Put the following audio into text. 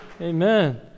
Amen